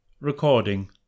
Recording